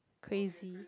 crazy